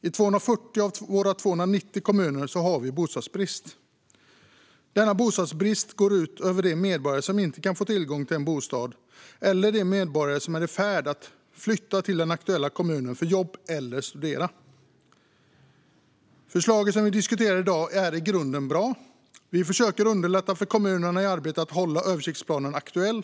I 240 av våra 290 kommuner har vi bostadsbrist. Denna bostadsbrist går ut över de medborgare som inte kan få tillgång till en bostad eller som är i färd med att flytta till den aktuella kommunen för att jobba eller studera. Förslaget som vi diskuterar i dag är i grunden bra. Vi försöker underlätta för kommunerna när det gäller att hålla översiktsplanen aktuell.